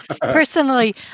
personally